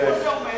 איפה זה עומד?